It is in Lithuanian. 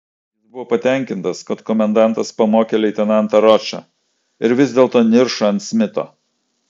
jis buvo patenkintas kad komendantas pamokė leitenantą ročą ir vis dėlto niršo ant smito